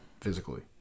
Physically